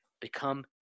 become